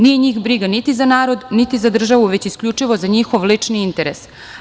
Nije njih briga niti za narod, niti za državu, već isključivo za njihov lični interes.